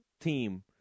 team